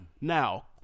Now